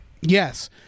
Yes